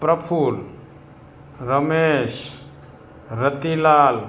Praful Ramesh Ratilal